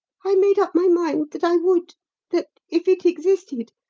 i made up my mind that i would that, if it existed,